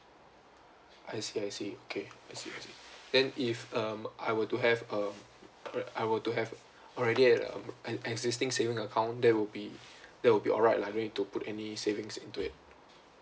I see I see okay I see I see then if um I were to have um I were to have already an existing savings account that will be that will be alright lah don't need to put any savings into it